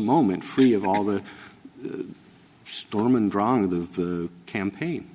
moment free of all the storm and wrong of the campaign